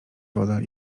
woda